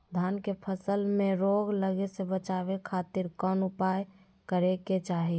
धान के फसल में रोग लगे से बचावे खातिर कौन उपाय करे के चाही?